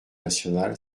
nationale